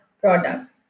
product